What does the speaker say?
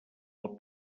els